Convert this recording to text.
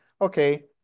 okay